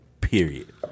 Period